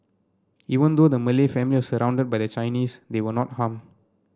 even though the Malay family was surrounded by the Chinese they were not harm